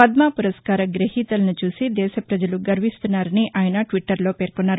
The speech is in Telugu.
పద్మ పురస్కార గ్రహీతలను చూసి దేశ ప్రజలు గర్విస్తున్నారని ఆయన ట్విట్లర్లో పేర్కొన్నారు